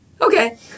okay